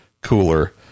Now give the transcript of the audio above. cooler